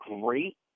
great